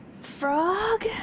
Frog